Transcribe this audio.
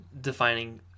defining